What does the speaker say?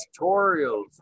Tutorials